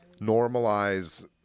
Normalize